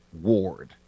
Ward